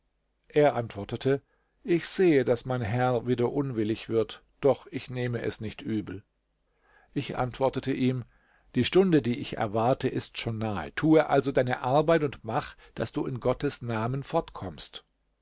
er antwortete ich sehe daß mein herr wieder unwillig wird doch ich nehme es nicht übel ich antwortete ihm die stunde die ich erwarte ist schon nahe tu also deine arbeit und mache daß du in gottes namen